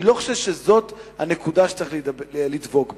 אני לא חושב שזאת הנקודה שצריך לדבוק בה.